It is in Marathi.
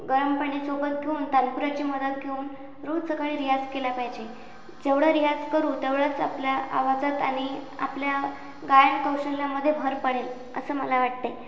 गरम पाणीसोबत घेऊन तानपुराची मदत घेऊन रोज सकाळी रियाज केला पाहिजे जेवढा रियाज करू तेवढाच आपल्या आवाजात आणि आपल्या गायन कौशल्यामध्ये भर पडेल असं मला वाटते